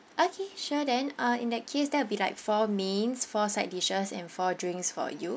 okay sure then uh in that case then it'll be like four mains four side dishes and four drinks for you